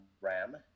Ram